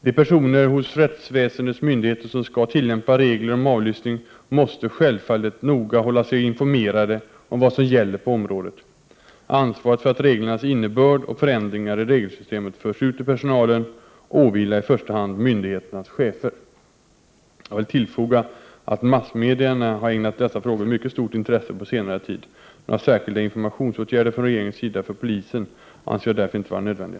De personer hos rättsväsendets myndigheter som skall tillämpa regler om avlyssning måste självfallet noga hålla sig informerade om vad som gäller på området. Ansvaret för att reglernas innebörd och förändringar i regelsystemet förs ut till personalen åvilar i första hand myndigheternas chefer. Jag vill tillfoga att massmedierna har ägnat dessa frågor mycket stort intresse på senare tid. Några särskilda informationsåtgärder från regeringens sida för polisen anser jag därför inte vara nödvändiga.